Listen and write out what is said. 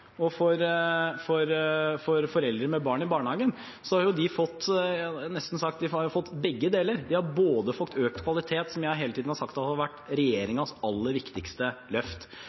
og foreldre med barn i barnehagen har – jeg hadde nær sagt – fått begge deler. De har fått økt kvalitet, som jeg hele tiden har sagt har vært regjeringens aller viktigste løft,